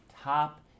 top